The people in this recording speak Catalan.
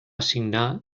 signar